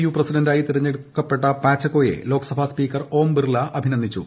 U പ്രസിഡന്റായി തെരഞ്ഞെടുക്കപ്പെട്ട പാച്ചെക്കോയെ Lok Sabha speaker Om Birla അഭിനന്ദിച്ചു